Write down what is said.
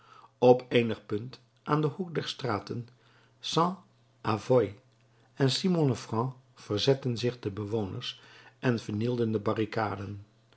op een eenig punt aan den hoek der straten st avoye en simon le franc verzetten zich de bewoners en vernielden de barricade